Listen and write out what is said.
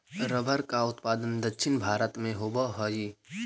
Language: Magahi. रबर का उत्पादन दक्षिण भारत में होवअ हई